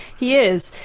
he is.